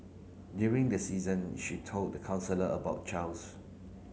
during the season she told the counsellor about Charles